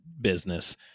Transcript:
business